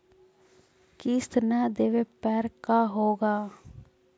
किस्त न देबे पर का होगा?